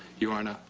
your honor,